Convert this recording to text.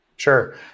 Sure